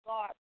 God